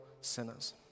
sinners